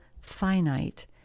finite